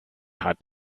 hat